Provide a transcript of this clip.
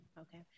Okay